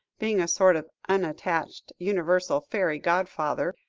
being a sort of unattached, universal fairy godfather,